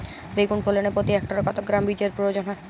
বেগুন ফলনে প্রতি হেক্টরে কত গ্রাম বীজের প্রয়োজন হয়?